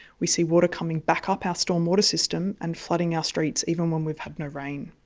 we see water coming back up our stormwater system and flooding our streets, even when we've had no rain.